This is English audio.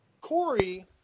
Corey